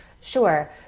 Sure